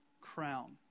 crown